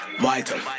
vital